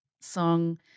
song